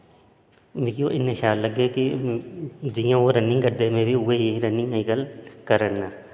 मिगी ओह् इन्ने शैल लग्गे कि जियां ओह् रनिंग करदे में बी उ'ऐ जेही रनिंग अज्जकल करा ना